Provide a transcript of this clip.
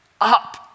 up